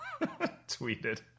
tweeted